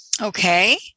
Okay